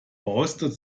rostet